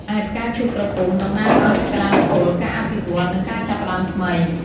ឯផ្កាឈូកក្រពុំ តំណាងឱ្យសក្ដានុពល ការអភិវឌ្ឍន៍ និងការចាប់ផ្តើមថ្មី។